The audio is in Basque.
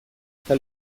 eta